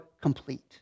complete